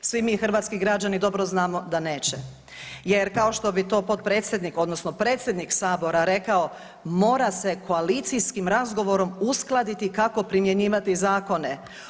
Svi mi hrvatski građani dobro znamo da neće jer kao što bi to potpredsjednik odnosno predsjednik sabora rekao mora se koalicijskim razgovorom uskladiti kako primjenjivati zakone.